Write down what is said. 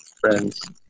friends